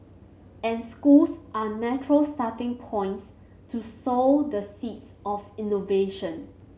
and schools are natural starting points to sow the seeds of innovation